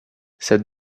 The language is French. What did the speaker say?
cette